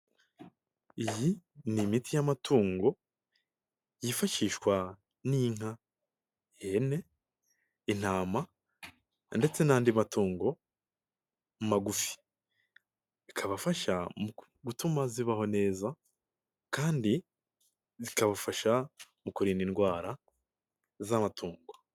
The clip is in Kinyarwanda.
Iyi ni imiti y'amatungo, yifashishwa n'inka, ihene, intama, ndetse n'andi matungo, magufi. Bikabafasha mu gutuma zibaho neza, kandi, bikabafasha mu kurinda indwara, z'amatungo.